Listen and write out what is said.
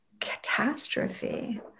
catastrophe